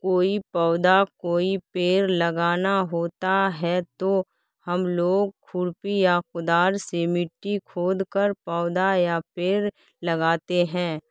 کوئی پودا کوئی پیر لگانا ہوتا ہے تو ہم لوگ کھرپی یا کدال سے مٹی کھود کر پودا یا پیڑ لگاتے ہیں